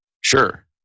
Sure